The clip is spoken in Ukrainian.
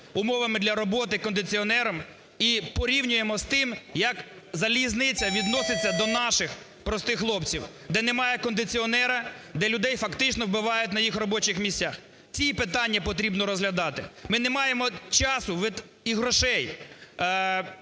умовами для роботи, кондиціонером, і порівнюємо з тим, як залізниця відноситься до наших простих хлопців, де немає кондиціонера, де людей фактично вбивають на їх робочих місцях. Ці питання потрібно розглядати. Ми не маємо часу і грошей,